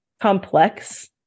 complex